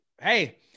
hey